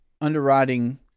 underwriting